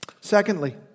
Secondly